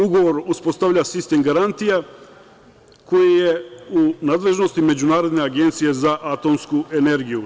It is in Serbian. Ugovor uspostavlja sistem garantija koji je u nadležnosti Međunarodne agencije za atomsku energiju.